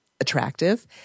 attractive